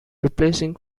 replacing